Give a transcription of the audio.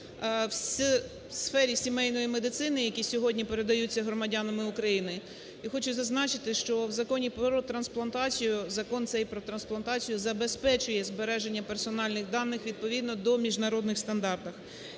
в сфері сімейної медицини, які сьогодні передаються громадянами України. І хочу зазначити, що в Законі про трансплантацію, Закон цей про трансплантацію, забезпечує збереження персональних даних відповідно до міжнародних стандартів.